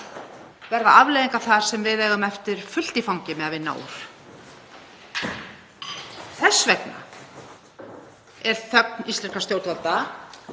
verða afleiðingar sem við eigum eftir að eiga fullt í fangi með að vinna úr. Þess vegna er þögn íslenskra stjórnvalda